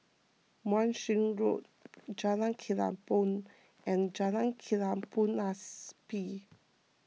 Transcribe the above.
Wan Shih Road Jalan Kelempong and Jalan Kelabu Asap